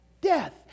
death